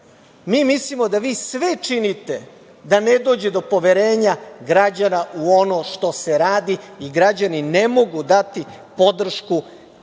mislimo da vi sve činite da ne dođe do poverenja građana u ono što se radi i građani ne mogu dati podrški